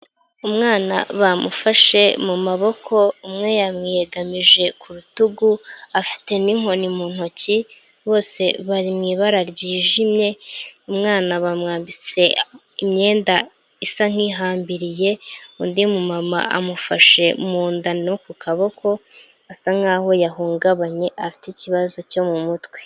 Umwana bamufashe mu maboko, umwe yamwiyegamije ku rutugu, afite n'inkoni mu ntoki, bose bari mu ibara ryijimye, umwana bamwambitse imyenda isa nk'ihambiriye, undi mumama amufashe mu nda no ku kaboko, asa nk'aho yahungabanye, afite ikibazo cyo mu mutwe.